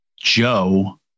Joe